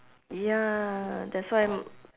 ya that's why m~